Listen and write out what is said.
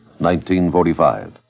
1945